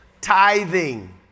tithing